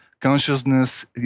consciousness